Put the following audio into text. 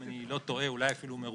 אם זה חוק יסוד או חוק רגיל,